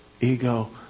ego